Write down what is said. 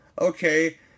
okay